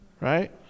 right